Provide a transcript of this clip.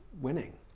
winning